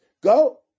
go